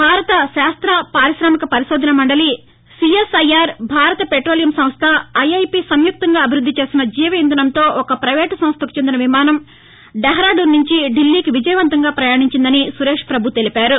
భారత శాస్త పారిశామిక పరిశోధన మండలి సీఎస్ఐఆర్ భారత పెట్రోలియం సంస్ట ఐఐపీ సంయుక్తంగా అభివృద్ది చేసిన జీవ ఇంధనంతో ఒక పైవేట్ సంస్టకు చెందిన విమానం డెహాదూన్ నుంచి ఢిల్లీకి విజయవంతంగా ప్రయాణించిందని సురేష్ ప్రపభు తెలిపారు